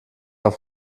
auf